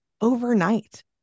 overnight